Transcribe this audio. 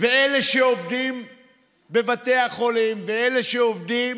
ואלה שעובדים בבתי החולים, ואלה שעובדים